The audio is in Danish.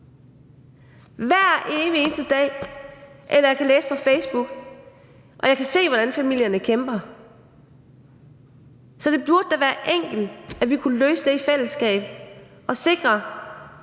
hver evig eneste dag. Eller jeg kan læse om det på Facebook, og jeg kan se, hvordan familierne kæmper. Så det burde da være enkelt at sørge for, at vi kunne løse det i fællesskab og sikre,